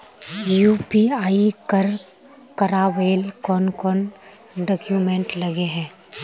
UPI कर करावेल कौन कौन डॉक्यूमेंट लगे है?